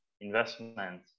investment